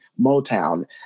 Motown